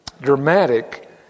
Dramatic